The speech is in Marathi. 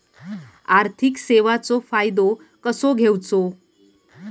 आर्थिक सेवाचो फायदो कसो घेवचो?